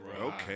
Okay